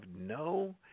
no